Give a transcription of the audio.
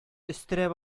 өстерәп